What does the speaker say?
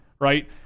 right